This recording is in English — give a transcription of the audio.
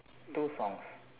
two songs